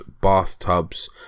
bathtubs